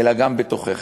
אלא גם בתוככיה